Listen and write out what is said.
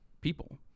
people